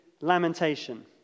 lamentation